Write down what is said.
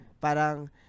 Parang